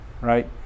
right